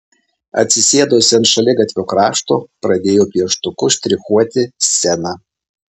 atsisėdusi ant šaligatvio krašto pradėjo pieštuku štrichuoti sceną